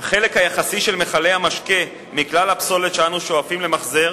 החלק היחסי של מכלי המשקה מכלל הפסולת שאנו שואפים למחזר